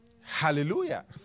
Hallelujah